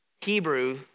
Hebrew